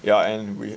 yeah and we